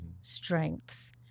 strengths